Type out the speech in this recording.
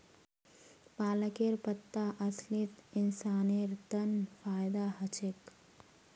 पालकेर पत्ता असलित इंसानेर तन फायदा ह छेक